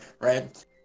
right